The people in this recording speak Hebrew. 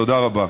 תודה רבה.